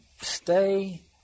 stay